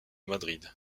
madrid